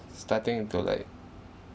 starting to like